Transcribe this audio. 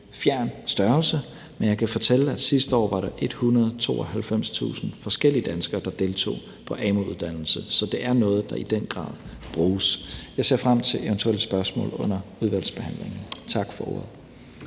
fjern størrelse, men jeg kan fortælle, at der sidste år var 192.000 forskellige danskere, der deltog på en amu-uddannelse. Så det er noget, der i den grad bruges. Jeg ser frem til eventuelle spørgsmål under udvalgsbehandlingen. Tak for ordet.